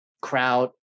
crowd